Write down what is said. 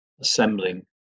assembling